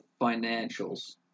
financials